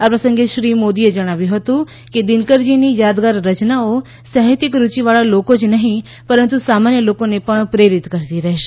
આ પ્રસંગે શ્રી મોદીએ જણાવ્યું હતું કે દિનકરજીની યાદગાર રચનાઓ સાહિત્યિક રૂચિવાળા લોકો જ નહીં પરંતુ સામાન્ય લોકોને પણ પ્રેરિત કરતી રહેશે